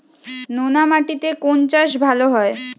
নোনা মাটিতে কোন চাষ ভালো হয়?